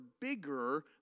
bigger